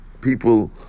people